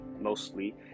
mostly